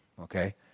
Okay